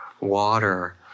water